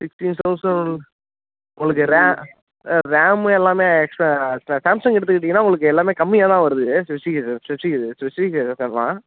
fifteen thousand உங்களுக்கு உங்களுக்கு ரே ரேம் எல்லாம் எக்ஸ்ட்ராக ச சாம்சங் எடுத்துக்கிட்டிங்கன்னா உங்களுக்கு எல்லாம் கம்மியாகதான் வருது ஸ்பெசிஃபிகேஷன் ஸ்பெசிஃபிகேஷன் ஸ்பெசிஃபிகேஷன்லாம்